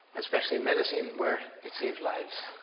especially in medicine where it saves lives.